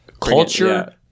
Culture